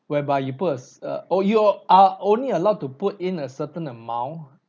whereby you put a cer~ uh oh you are only allowed to put in a certain amount